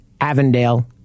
Avondale